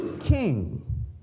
king